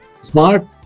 smart